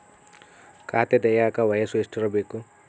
ಖಾತೆ ತೆಗೆಯಕ ವಯಸ್ಸು ಎಷ್ಟಿರಬೇಕು?